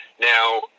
Now